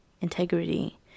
integrity